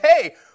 Hey